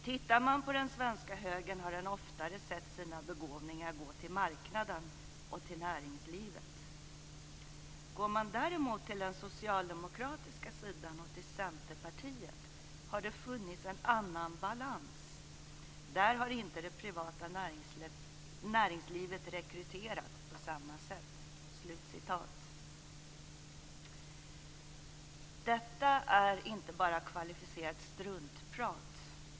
- Tittar man på den svenska högern har den oftare sett sina begåvningar gå till marknaden och till näringslivet. - Går man däremot till den socialdemokratiska sidan och till Centerpartiet har det funnits en annan balans. Där har inte det privata näringslivet rekryterat på samma sätt." Detta är inte bara kvalificerat struntprat.